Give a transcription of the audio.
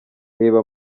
reba